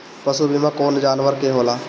पशु बीमा कौन कौन जानवर के होला?